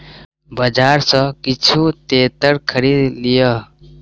बजार सॅ किछ तेतैर खरीद लिअ